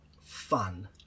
fun